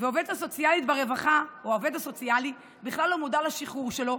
והעובד הסוציאלי ברווחה בכלל לא מודע לשחרור שלו,